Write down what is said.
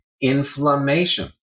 inflammation